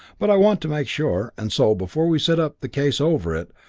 but i want to make sure, and so, before we set up the case over it,